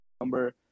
number